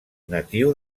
natiu